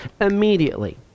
immediately